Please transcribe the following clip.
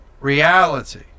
reality